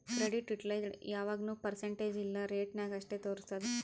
credit utilized ಯಾಗ್ನೂ percentage ಇಲ್ಲಾ rate ನಾಗ್ ಅಷ್ಟೇ ತೋರುಸ್ತುದ್